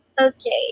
Okay